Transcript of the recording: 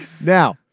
Now